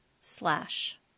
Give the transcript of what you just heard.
Slash